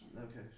Okay